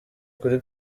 kuri